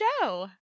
show